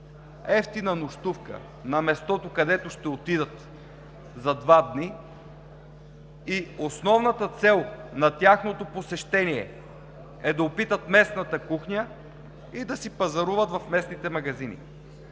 евтина нощувка на мястото, където ще отидат за два дни и основната цел на тяхното посещение е да опитат местната кухня и да си пазаруват в местните магазини.